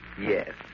Yes